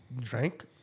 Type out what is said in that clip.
drank